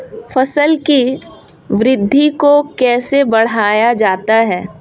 फसल की वृद्धि को कैसे बढ़ाया जाता हैं?